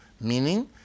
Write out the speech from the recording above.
Meaning